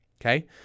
Okay